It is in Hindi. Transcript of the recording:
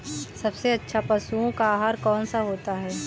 सबसे अच्छा पशुओं का आहार कौन सा होता है?